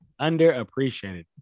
underappreciated